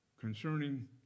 concerning